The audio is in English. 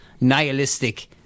nihilistic